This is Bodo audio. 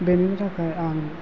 बेनि थाखाय आं